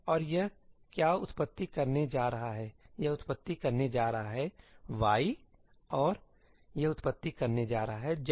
और यह क्या उत्पत्ति करने जा रहा है यह उत्पत्ति करने जा रहा है y और यह उत्पत्ति करने जा रहा है z